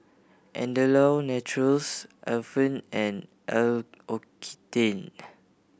Andalou Naturals Alpen and L'Occitane